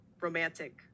romantic